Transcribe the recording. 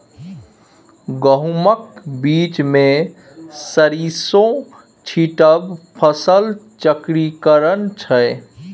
गहुमक बीचमे सरिसों छीटब फसल चक्रीकरण छै